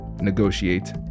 negotiate